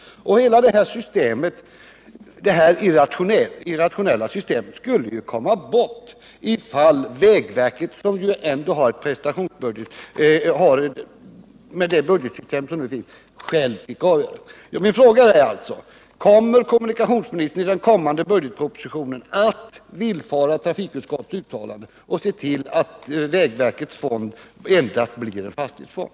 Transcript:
Hela detta irrationella system skulle ju komma bort ifall vägverket, som ju ändå har prestationsbudget med det budgetsystem som nu finns, självt fick avgöra sin inköp. Min fråga är: Ämnar kommunikationsministern i den kommande budgetpropositionen villfara trafikutskottets uttalande och se till att vägverkets fond enbart blir en fastighetsfond?